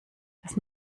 das